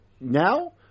now